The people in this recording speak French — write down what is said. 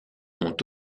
ont